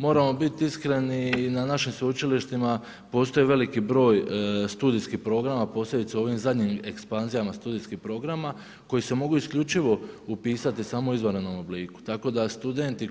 Moramo biti iskreni na našim sveučilištima postoji veliki broj studijskih programa, posebice u ovim zadnjim ekspanzijama studentskih programa koji se mogu isključivo upisati u samo izvanrednom obliku, tako da studenti